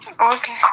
okay